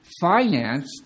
finance